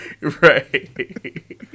Right